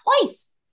twice